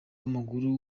w’amaguru